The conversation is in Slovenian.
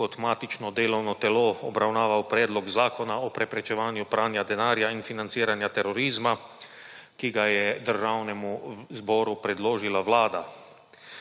kot matično delovno telo obravnaval Predlog zakona o preprečevanju pranja denarja in financiranja terorizma, ki ga je Državnemu zboru predložila Vlada.